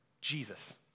Jesus